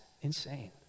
insane